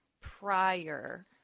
prior